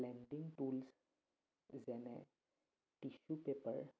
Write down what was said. blending tools যেনে tissue paper